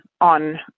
on